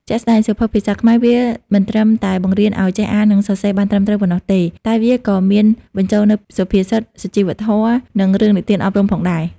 ជាក់ស្តែងសៀវភៅភាសាខ្មែរ វាមិនត្រឹមតែបង្រៀនឱ្យចេះអាននិងសរសេរបានត្រឹមត្រូវប៉ុណ្ណោះទេ តែវាក៏មានបញ្ចូលនូវសុភាសិត សុជីវធម៌ និងរឿងនិទានអប់រំផងដែរ។